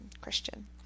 Christian